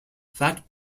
fat